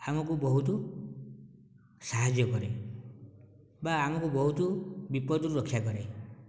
ଆମକୁ ବହୁତ ସାହାଯ୍ୟ କରେ ବା ଆମକୁ ବହୁତ ବିପଦରୁ ରକ୍ଷା କରେ